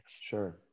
Sure